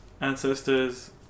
ancestors